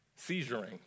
seizuring